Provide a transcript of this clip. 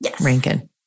Rankin